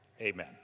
Amen